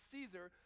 Caesar